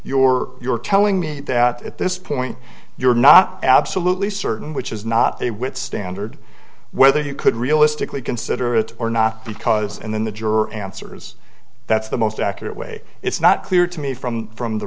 you're you're telling me that at this point you're not absolutely certain which is not they with standard whether you could realistically consider it or not because in the juror answers that's the most accurate way it's not clear to me from from the